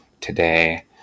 today